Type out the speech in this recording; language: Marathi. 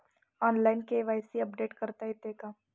ऑनलाइन के.वाय.सी अपडेट करता येते का?